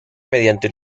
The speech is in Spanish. mediante